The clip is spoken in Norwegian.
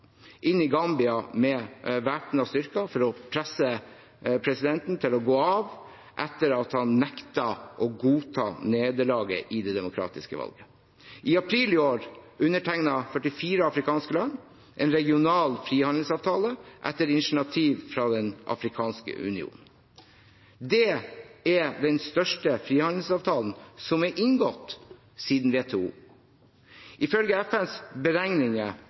inn i Gambia med væpnede styrker for å presse presidenten til å gå av etter at han nektet å godta nederlaget i det demokratiske valget. I april i år undertegnet 44 afrikanske land en regional frihandelsavtale etter initiativ fra Den afrikanske union. Det er den største frihandelsavtalen som er inngått siden WTO. Ifølge FNs beregninger